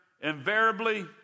invariably